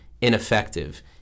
ineffective